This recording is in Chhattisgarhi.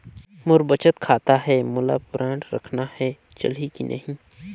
मोर बचत खाता है मोला बांड रखना है चलही की नहीं?